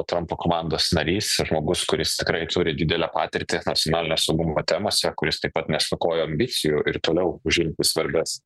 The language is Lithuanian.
trampo komandos narys žmogus kuris tikrai turi didelę patirtį nacionalinio saugumo temose kuris taip pat nestokoja ambicijų ir toliau užimti svarbias